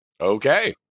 Okay